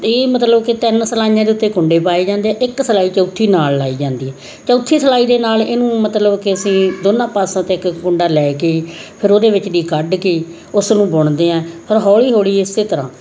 ਇਹ ਮਤਲਬ ਕਿ ਤਿੰਨ ਸਲਾਈਆਂ ਦੇ ਉੱਤੇ ਕੁੰਡੇ ਪਾਏ ਜਾਂਦੇ ਆ ਇੱਕ ਸਲਾਈ ਚੌਥੀ ਨਾਲ ਲਾਈ ਜਾਂਦੀ ਹੈ ਚੌਥੀ ਸਲਾਈ ਦੇ ਨਾਲ ਇਹਨੂੰ ਮਤਲਬ ਕਿ ਅਸੀਂ ਦੋਨਾਂ ਪਾਸਿਓਂ ਤੋਂ ਇੱਕ ਇੱਕ ਕੁੰਡਾ ਲੈ ਕੇ ਫਿਰ ਉਹਦੇ ਵਿੱਚ ਦੀ ਕੱਢ ਕੇ ਉਸਨੂੰ ਬੁਣਦੇ ਹਾਂ ਫਿਰ ਹੌਲੀ ਹੌਲੀ ਇਸ ਤਰ੍ਹਾਂ